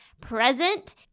present